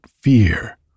fear